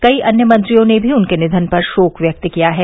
कई अन्य मंत्रियों ने भी उनके निधन पर शोक व्यक्त किया है